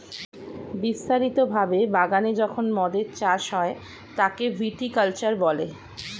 বিস্তারিত ভাবে বাগানে যখন মদের চাষ হয় তাকে ভিটি কালচার বলে